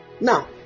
Now